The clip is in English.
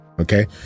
Okay